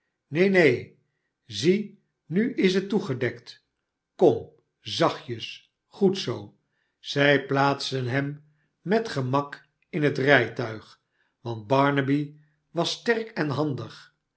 neen neen zie nu is het toegedekt kom zachtje goed zoo zij plaatsten hem met gemak in het rijtmg want barnaby was sterk en handig